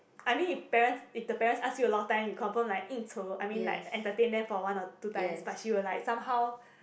I mean if parents if the parents ask you a lot of time you confirm like 应酬 I mean like entertain them for one or two times but she will like somehow